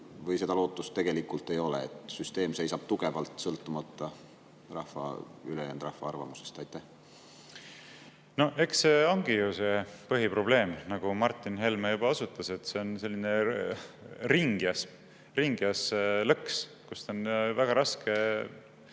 Või seda lootust tegelikult ei ole, sest süsteem seisab tugevalt, sõltumata ülejäänud rahva arvamusest? Eks see ongi ju see põhiprobleem, millele Martin Helme juba osutas: see on selline ringjas lõks, kust on väga raske